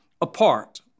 apart